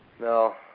No